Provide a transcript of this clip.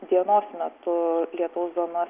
dienos metu lietaus zona